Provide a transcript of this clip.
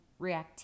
reactivity